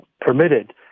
permitted